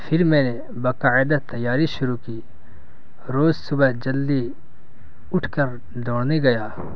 پھر میں نے باقاعدہ تیاری شروع کی روز صبح جلدی اٹھ کر دوڑنے گیا